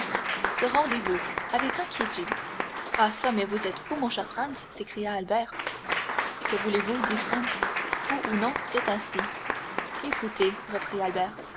ce rendez-vous avec inquiétude ah çà mais êtes-vous fou mon cher franz s'écria albert que voulez-vous dit franz fou ou non c'est ainsi écoutez